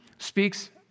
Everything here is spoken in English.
speaks